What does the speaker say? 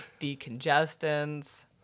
decongestants